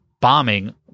bombing